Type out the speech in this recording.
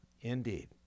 Indeed